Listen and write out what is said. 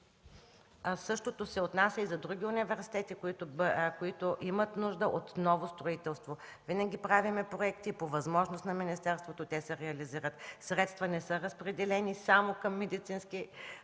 Същото се отнася и за други университети, които имат нужда от ново строителство. Винаги правим проекти и по възможност на министерството те се реализират. Средства не са разпределени само към Медицинския